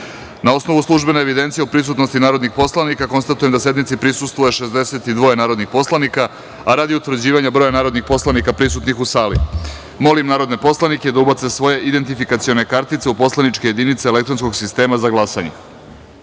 osnovu službene evidencije o prisutnosti narodnih poslanika, konstatujem da sednici prisustvuje 62 narodnih poslanika. Radi utvrđivanja broja narodnih poslanika prisutnih u sali, molim poslanike da ubace svoje identifikacione kartice u poslaničke jedinice. Zahvaljujem. Konstatujem da je